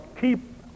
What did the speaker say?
keep